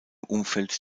umfeld